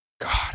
God